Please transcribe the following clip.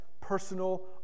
personal